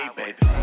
baby